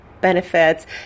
benefits